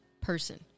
person